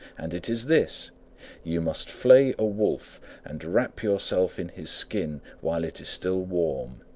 and it is this you must flay a wolf and wrap yourself in his skin while it is still warm.